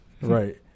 right